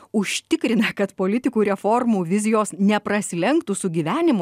užtikrina kad politikų reformų vizijos neprasilenktų su gyvenimo